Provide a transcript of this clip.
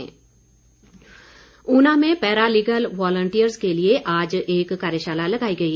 विधिक ऊना में paralegal volunteers के लिए आज कार्यशाला लगाई गई